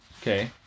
okay